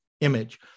image